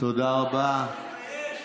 תתבייש לך.